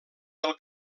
del